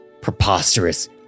Preposterous